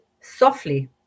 softly